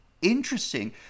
interesting